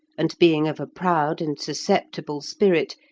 and being of a proud and susceptible spirit,